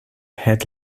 head